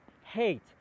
hate